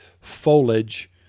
foliage